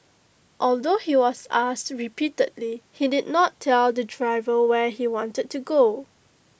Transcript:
although he was asked repeatedly he did not tell the driver where he wanted to go